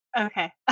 Okay